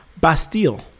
Bastille